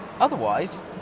Otherwise